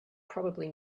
probably